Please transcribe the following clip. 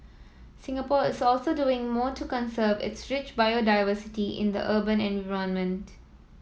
Singapore is also doing more to conserve its rich biodiversity in the urban